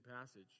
passage